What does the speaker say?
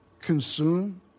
consume